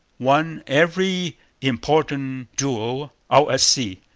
won every important duel out at sea,